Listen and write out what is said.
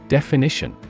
Definition